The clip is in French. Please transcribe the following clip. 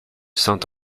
saint